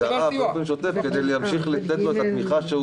אבל הגעה באופן שוטף כדי להמשיך לתת לו את התמיכה שהוא